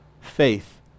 Faith